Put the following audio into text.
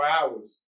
hours